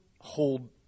hold